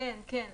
כן, כן.